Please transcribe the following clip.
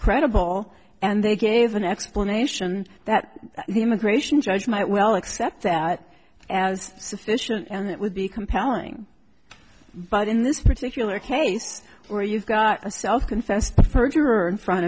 credible and they gave an explanation that the immigration judge might well accept that as sufficient and it would be compelling but in this particular case where you've got a self confessed prefer infront